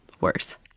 worse